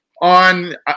On